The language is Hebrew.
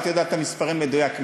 את יודעת את המספרים במדויק,